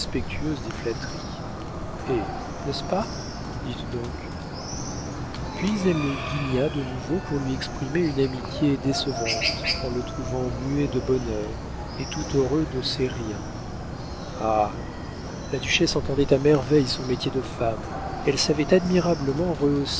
des flatteries hé n'est-ce pas dites donc puis elle le guigna de nouveau pour lui exprimer une amitié décevante en le trouvant muet de bonheur et tout heureux de ces riens ah la duchesse entendait à merveille son métier de femme elle savait admirablement